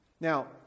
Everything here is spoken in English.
now